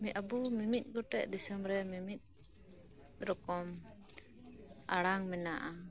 ᱟᱵᱩ ᱢᱤᱢᱤᱫ ᱜᱚᱴᱮᱡ ᱫᱤᱥᱚᱢ ᱨᱮ ᱢᱤᱢᱤᱫ ᱨᱚᱠᱚᱢ ᱟᱲᱟᱝ ᱢᱮᱱᱟᱜᱼᱟ